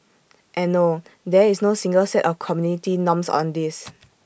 and no there is no single set of community norms on this